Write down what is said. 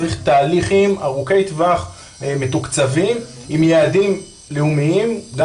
צריך תהליכים ארוכי טווח מתוקצבים עם יעדים לאומיים גם